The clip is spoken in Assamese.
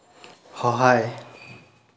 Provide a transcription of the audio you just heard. সহায়